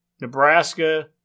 Nebraska